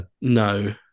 No